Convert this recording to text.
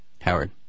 Howard